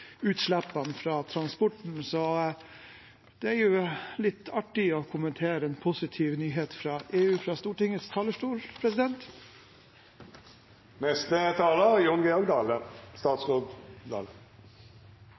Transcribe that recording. utslippene fra transport. Det er litt artig å kommentere en positiv nyhet fra EU på Stortingets talerstol.